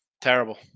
Terrible